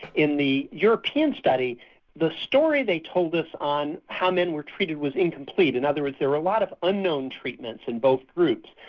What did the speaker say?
in the european study the story they told us on how men were treated was incomplete, in other words there were a lot of unknown treatments in both groups.